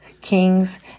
kings